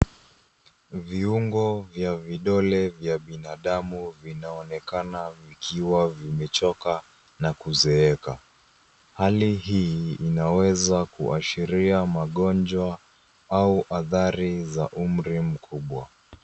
Viungo vya vidole vya binadamu vinaonekana vikiwa vimechoka na kuzeeka. Hali hii inaweza kuashiria magonjwa au athari za umri mkubwa.